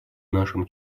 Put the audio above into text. нашим